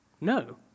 No